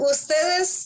Ustedes